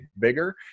bigger